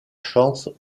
chance